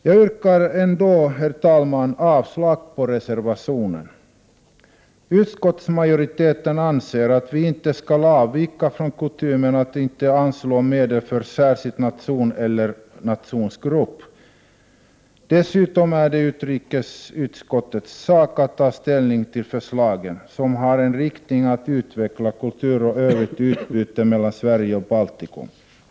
Jag yrkar ändå, herr talman, avslag på reservationen. Utskottsmajoriteten anser att vi inte skall avvika från kutymen att inte anslå medel för särskild nation eller nationsgrupp. Dessutom är det utrikesutskottets sak att ta ställning till förslag med inriktning på att utveckla kulturoch övrigt utbyte mellan Sverige och Baltikum.